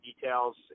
details